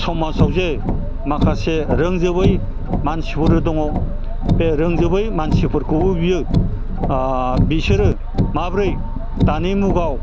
समाजआव जे माखासे रोंजोबै मानसिफोरबो दङ बे रोंजोबै मानसिफोरखौबो बियो बिसोरो माबोरै दानि मुगाव